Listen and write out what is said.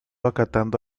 acatando